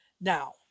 Now